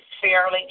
fairly